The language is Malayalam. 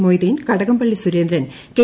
മൊയ്തീൻ കടകംപള്ളി സുരേന്ദ്രൻ കെ